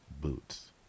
boots